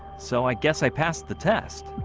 so i guess i passed the test